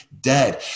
dead